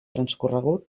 transcorregut